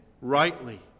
rightly